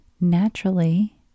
naturally